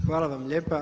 Hvala vam lijepa.